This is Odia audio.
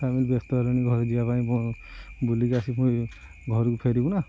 ଫ୍ୟାମିଲି ବ୍ୟସ୍ତ ହେଲେଣି ଘରେ ଯିବା ପାଇଁ ବୁଲିକି ଆସିକି ପୁଣି ଘରକୁ ଫେରିବୁ ନା